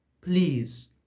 Please